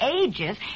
ages